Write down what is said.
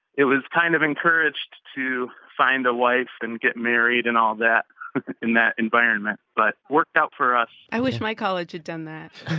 it was kind of encouraged to find a wife and get married and all that in that environment but worked out for us i wish my college had done that